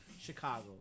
Chicago